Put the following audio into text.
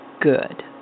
good